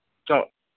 तऽ